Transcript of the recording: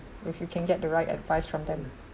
if you can get the right advice from them